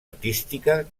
artística